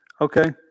okay